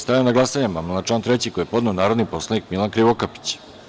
Stavljam na glasanje amandman na član 3. koji je podneo narodni poslanik Milan Krivokapić.